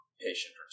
patient